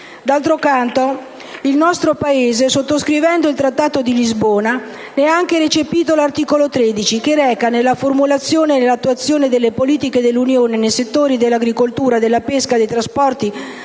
D'altro canto il nostro Paese, sottoscrivendo il Trattato di Lisbona, ne ha anche recepito l'articolo 13 che recita: «Nella formulazione e nell'attuazione delle politiche dell'Unione nei settori dell'agricoltura, della pesca, dei trasporti,